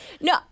No